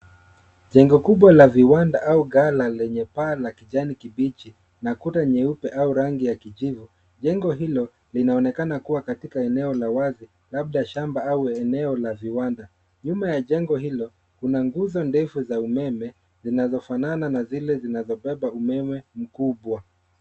Jengo kubwa la viwanda au ghala lenye paa la kijani kibichi na kuta nyeupe au rangi ya kijivu. Jengo hilio linaonekana kua katika eneo la wazi labda shamba au eneo la viwanda. Nyuma ya jengo hilo kuna nguzo ndefu za umeme zinazofanana za zile zinazobeba umeme mkubwa.